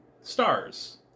stars